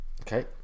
Okay